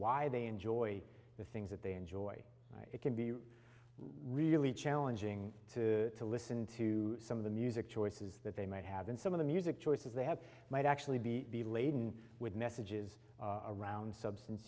they enjoy the things that they enjoy it can be really challenging to to listen to some of the music choices that they might have been some of the music choices they have might actually be the laden with messages around substance